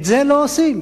את זה לא עושים.